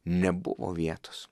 nebuvo vietos